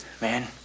man